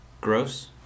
Gross